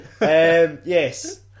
Yes